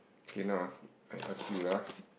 K now aku I ask you lah